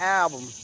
album